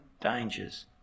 dangers